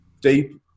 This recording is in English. deep